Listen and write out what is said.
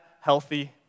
healthy